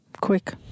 quick